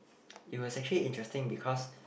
it was actually interesting because